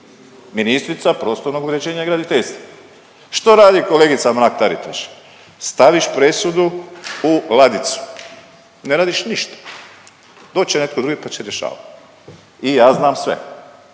ministrica prostornog uređenja i graditeljstva. Što radi kolegica Mrak-Taritaš? Staviš presudu u ladicu, ne radiš ništa, doći će netko drugi pa će rješavat i ja znam sve,